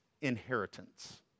inheritance